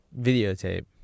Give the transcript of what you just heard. videotape